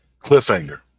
cliffhanger